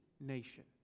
nation